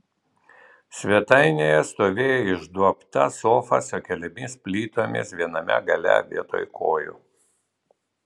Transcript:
svetainėje stovėjo išduobta sofa su keliomis plytomis viename gale vietoj kojų